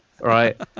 right